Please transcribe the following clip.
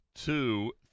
two